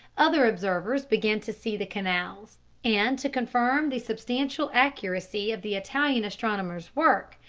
other observers began to see the canals' and to confirm the substantial accuracy of the italian astronomer's work,